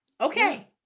Okay